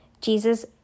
Jesus